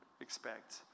expect